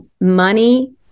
money